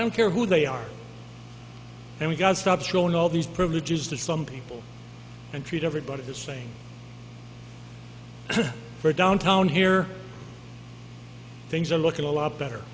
i don't care who they are and we gotta stop showing all these privileges to some people and treat everybody the same for downtown here things are looking a lot better